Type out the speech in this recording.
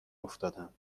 افتادم